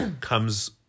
comes